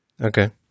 Okay